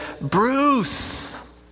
Bruce